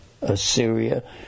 Assyria